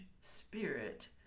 spirit